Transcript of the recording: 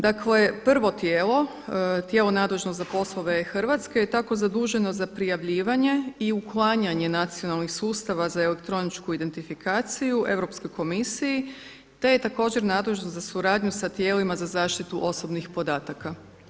Dakle prvo tijelo, tijelo nadležno za poslove e-Hrvatska je tako zaduženo za prijavljivanje i uklanjanje nacionalnih sustava za elektroničku identifikaciju Europskoj komisiji te je također nadležno za suradnju sa tijelima za zaštitu osobnih podataka.